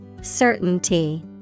Certainty